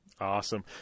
Awesome